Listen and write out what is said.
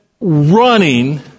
running